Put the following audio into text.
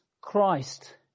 Christ